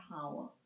power